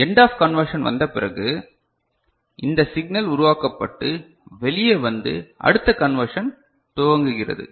end of conversion வந்த பிறகு இந்த சிக்னல் உருவாக்கப்பட்டு வெளியே வந்து அடுத்த கன்வர்ஷன் துவங்குகிறது